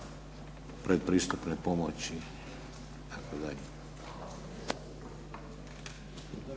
pretpristupne pomoći